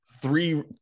three